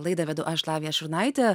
laidą vedu aš lavija šurnaitė